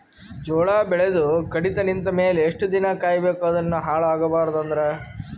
ಜೋಳ ಬೆಳೆದು ಕಡಿತ ನಿಂತ ಮೇಲೆ ಎಷ್ಟು ದಿನ ಕಾಯಿ ಬೇಕು ಅದನ್ನು ಹಾಳು ಆಗಬಾರದು ಅಂದ್ರ?